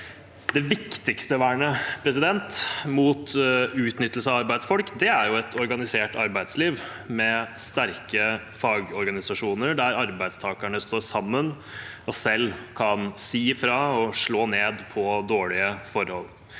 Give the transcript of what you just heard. Det viktigste vernet mot utnyttelse av arbeidsfolk er et organisert arbeidsliv med sterke fagorganisasjoner der arbeidstakerne står sammen og selv kan si fra og slå ned på dårlige forhold.